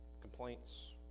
complaints